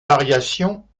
variations